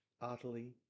utterly